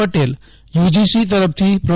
Patel UGC તરફથી pro